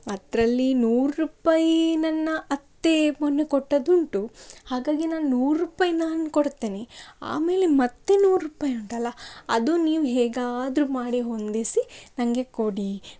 ಅದರಲ್ಲಿ ನೂರು ರೂಪಾಯಿ ನನ್ನ ಅತ್ತೆ ಮೊನ್ನೆ ಕೊಟ್ಟದ್ದುಂಟು ಹಾಗಾಗಿ ನಾನು ನೂರು ರೂಪಾಯಿ ನಾನು ಕೊಡ್ತೇನೆ ಆಮೇಲೆ ಮತ್ತು ನೂರು ರೂಪಾಯಿ ಉಂಟಲ್ಲ ಅದು ನೀವು ಹೇಗಾದರು ಮಾಡಿ ಹೊಂದಿಸಿ ನಂಗೆ ಕೊಡಿ